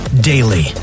daily